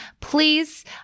please